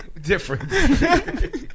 Different